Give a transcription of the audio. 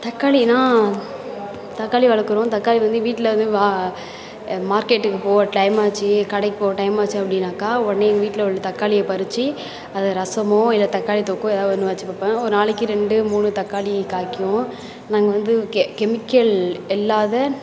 தக்காளினால் தக்காளி வளக்கிறோம் தக்காளி வந்து வீட்டில் வந்து வா மார்க்கெட்டுக்கு போக டைம் ஆச்சு கடைக்கு போக டைம் ஆச்சு அப்படினாக்கா உடனே எங்கள் வீட்டில் உள்ள தக்காளியை பறிச்சு அதை ரசமோ இல்லலை தக்காளி தொக்கோ ஏதாவது ஒன்று வச்சு பார்ப்பேன் ஒரு நாளைக்கு ரெண்டு மூணு தக்காளி காய்க்கும் நாங்ள்க வந்து கெ கெமிக்கல் இல்லாத